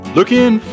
Looking